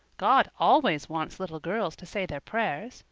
god always wants little girls to say their prayers.